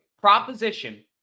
Proposition